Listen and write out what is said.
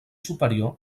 superior